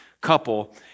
couple